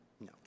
No